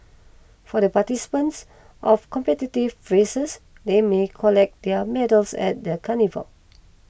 for the participants of competitive races they may collect their medals at the carnival